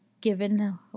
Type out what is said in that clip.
given